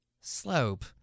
slope